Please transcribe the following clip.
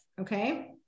okay